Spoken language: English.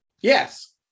yes